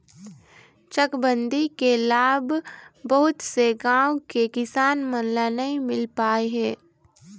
चकबंदी के लाभ बहुत से गाँव के किसान मन ल नइ मिल पाए हे